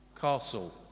Castle